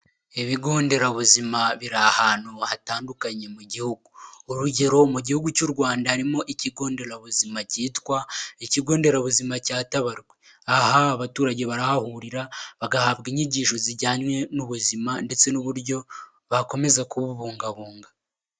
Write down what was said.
Ibigo nderabuzima biri ahantu hatandukanye mu gihugu, urugero mu gihugu cy'u Rwanda harimo ikigo nderabuzima cyitwa ikigo nderabuzima cya Tabagwe, aha abaturage barahahurira bagahabwa inyigisho zijyanye n'ubuzima ndetse n'uburyo bakomeza kububungabunga.